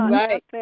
right